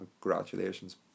Congratulations